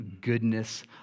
goodness